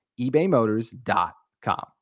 ebaymotors.com